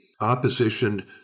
opposition